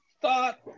thought